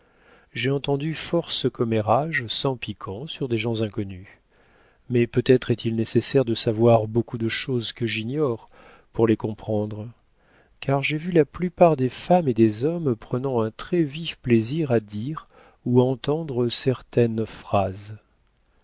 j'ai entendu force commérages sans piquant sur des gens inconnus mais peut-être est-il nécessaire de savoir beaucoup de choses que j'ignore pour les comprendre car j'ai vu la plupart des femmes et des hommes prenant un très vif plaisir à dire ou entendre certaines phrases